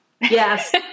Yes